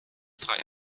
drei